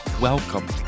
welcome